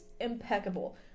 impeccable